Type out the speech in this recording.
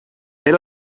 era